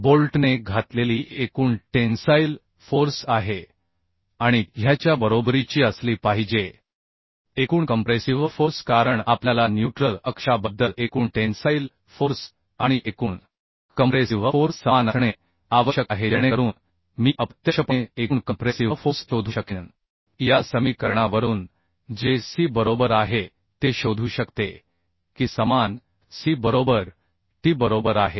बोल्टने घातलेली ही एकूण टेन्साईल फोर्स आहे आणि ती ह्याच्या बरोबरीची असली पाहिजे एकूण कंप्रेसिव्ह फोर्स कारण आपल्याला न्यूट्रल अक्षाबद्दल एकूण टेन्साईल फोर्स आणि एकूण कंप्रेसिव्ह फोर्स समान असणे आवश्यक आहे जेणेकरून मी अप्रत्यक्षपणे एकूण कंप्रेसिव्ह फोर्स शोधू शकेन या समीकरणावरून जे C बरोबर आहे ते शोधू शकते की समान C बरोबर T बरोबर आहे